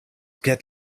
get